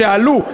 שעלו.